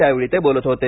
त्यावेळी ते बोलत होते